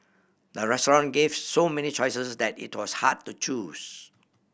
the restaurant gave so many choices that it was hard to choose